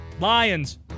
Lions